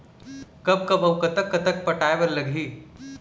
कब कब अऊ कतक कतक पटाए बर लगही